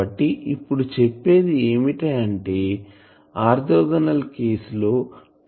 కాబట్టి ఇప్పుడు చెప్పేది ఏమిటంటే ఆర్తోగోనల్ కేసు లో PLF విలువ సున్నా